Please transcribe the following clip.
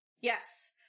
Yes